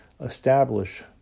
establish